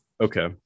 Okay